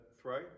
throw